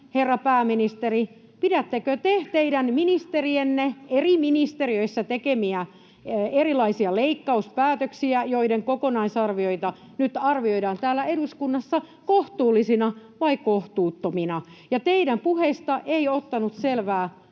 herra pääministeri: pidättekö te teidän ministerienne eri ministeriöissä tekemiä erilaisia leikkauspäätöksiä, joiden kokonaisarvioita nyt arvioidaan täällä eduskunnassa, kohtuullisina vai kohtuuttomina? Teidän puheistanne ei ottanut selvää muuta